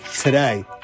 today